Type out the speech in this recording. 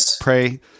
pray